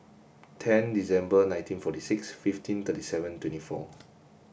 tenth December nineteen forty six fifteen thirty seven twenty four